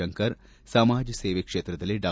ಶಂಕರ್ ಸಮಾಜ ಸೇವೆ ಕ್ಷೇತ್ರದಲ್ಲಿ ಡಾ